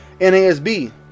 NASB